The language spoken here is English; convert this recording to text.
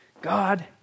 God